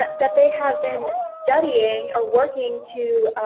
that they have been studying or working to